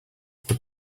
were